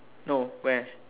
no where